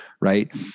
right